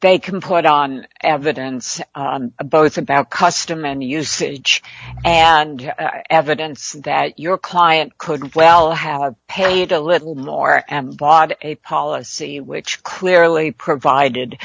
they can put on evidence both about custom and usage and evidence that your client could well have paid a little more and bought a policy which clearly provided